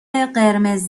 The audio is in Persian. قرمز